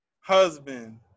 husband